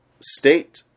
state